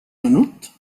menut